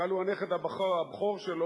גל הוא הנכד הבכור שלו,